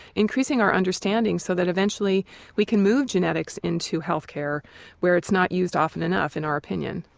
increasing our understanding so that eventually we can move genetics into health care where it's not used often enough in our opinion.